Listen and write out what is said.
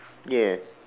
ya